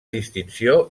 distinció